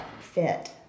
fit